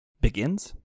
begins